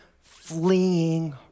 fleeing